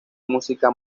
música